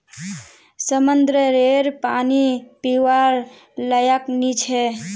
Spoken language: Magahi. समंद्ररेर पानी पीवार लयाक नी छे